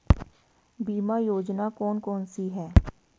बीमा योजना कौन कौनसी हैं?